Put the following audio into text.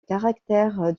caractère